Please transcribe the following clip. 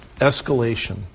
escalation